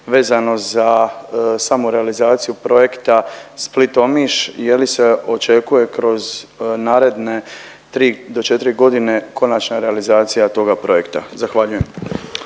vezano za samu realizaciju projekta Split – Omiš je li se očekuje kroz naredne 3 do 4 godine konačna realizacija toga projekta. Zahvaljujem.